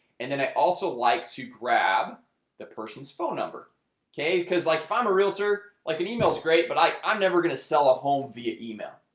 and then i also like to grab the person's phone number okay, because like if i'm a realtor like an email is great, but i i'm never gonna sell a home via email,